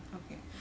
okay